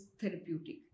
therapeutic